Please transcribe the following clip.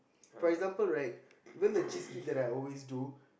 for example right you know the cheesecake that I always do